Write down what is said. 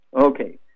Okay